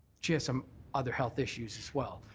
she has some other health issues as well.